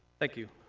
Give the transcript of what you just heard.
thank you.